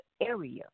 area